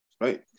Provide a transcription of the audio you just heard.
right